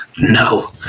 No